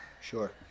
sure